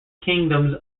kingdoms